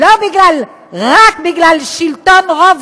רק בגלל שלטון רוב